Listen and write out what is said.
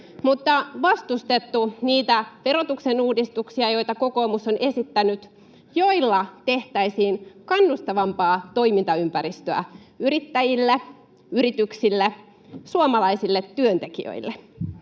mutta vastustettu niitä verotuksen uudistuksia, joita kokoomus on esittänyt, joilla tehtäisiin kannustavampaa toimintaympäristöä yrittäjille, yrityksille, suomalaisille työntekijöille.